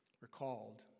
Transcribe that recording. Recalled